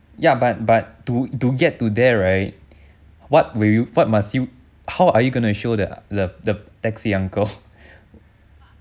ya but but to to get to there right what will you what must you how are you going to show the the the taxi uncle